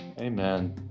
Amen